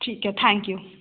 ठीक है thank you